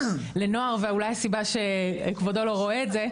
לנוער ואולי הסיבה שכבודו לא רואה את זה,